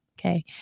okay